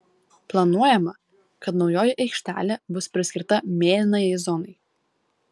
planuojama kad naujoji aikštelė bus priskirta mėlynajai zonai